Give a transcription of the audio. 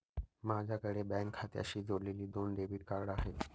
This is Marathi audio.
माझ्याकडे बँक खात्याशी जोडलेली दोन डेबिट कार्ड आहेत